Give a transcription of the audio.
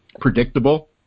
predictable